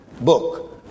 book